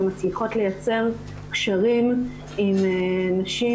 ומצליחות לייצר קשרים עם נשים,